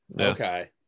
Okay